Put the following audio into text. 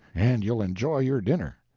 and you'll enjoy your dinner.